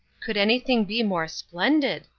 could anything be more splendid!